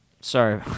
sorry